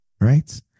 right